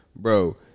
Bro